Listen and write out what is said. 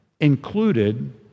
included